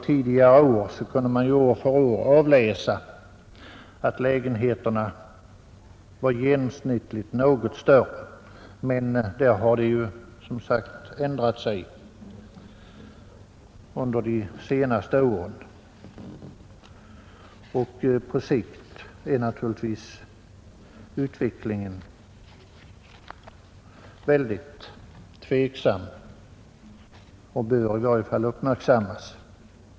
Tidigare kunde man år för år avläsa att lägenheterna blev genomsnittligt något större, men i det avseendet har det, som sagt, skett en ändring under de senaste åren. På sikt är naturligtvis utvecklingen väldigt betänklig, och den bör i varje fall uppmärksammas.